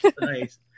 Nice